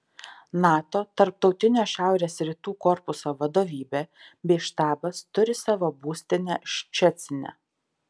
nato tarptautinio šiaurės rytų korpuso vadovybė bei štabas turi savo būstinę ščecine